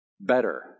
better